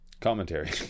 Commentary